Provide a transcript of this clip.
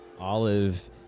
Olive